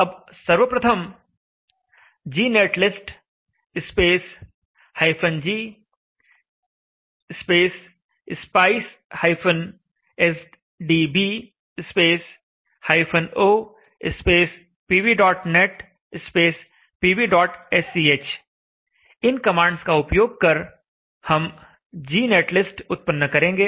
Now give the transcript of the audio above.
अब सर्वप्रथम gnetlist g spice sdb o pvnet pvsch इन कमांड्स का उपयोग कर हम gnetlist उत्पन्न करेंगे